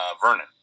Vernon